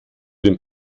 den